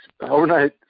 overnight